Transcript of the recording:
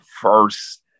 first